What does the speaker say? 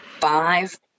five